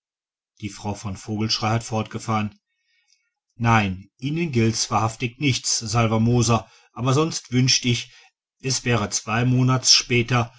die frau von vogelschrey hat fortgefahren nein ihnen gilt's wahrhaftig nicht salvermoser aber sonst wünschte ich es wäre zwei monats später